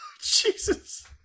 Jesus